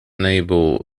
enable